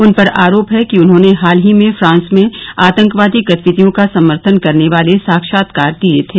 उन पर आरोप है कि उन्होंने हाल ही में फ्रांस में आतंकवादी गतिविधियों का समर्थन करने वाले साक्षात्कार दिए थे